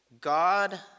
God